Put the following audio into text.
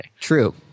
True